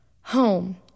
Home